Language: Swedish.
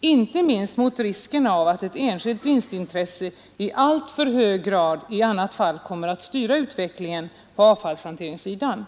inte minst mot risken av att enskilt vinstintresse i annat fall i alltför hög grad kommer att styra utvecklingen på avfallshanteringssidan.